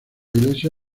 iglesia